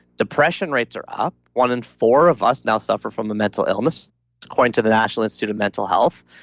depression rates are up, one in four of us now suffer from the mental illness according to the national institute of mental health.